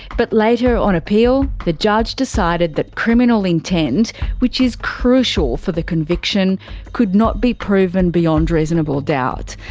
but later on appeal, the judge decided that criminal intent which is crucial for the conviction could not be proven beyond reasonable doubt.